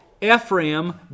Ephraim